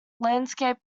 landscape